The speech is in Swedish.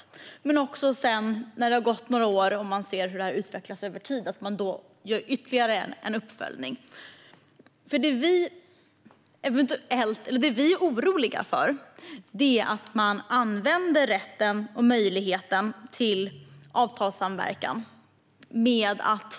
Vi vill också att man gör ytterligare en uppföljning när det har gått några år och man ser hur det har utvecklats över tid. Det som vi är oroliga för är att man använder rätten och möjligheten till avtalssamverkan för annat.